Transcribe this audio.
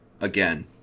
Again